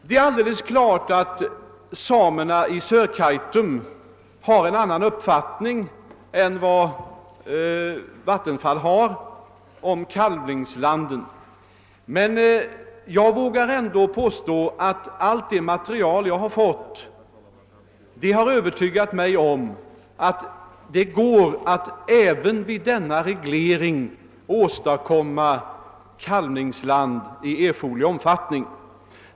Det är alldeles klart att samerna i Sörkaitum har en annan uppfattning än Vattenfall om kalvningslanden. Men jag vågar ändå påstå att allt det material jag fått har övertygat mig om att det även efter en reglering går att anvisa kalvningsland i erforderlig omfattning.